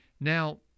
Now